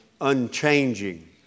unchanging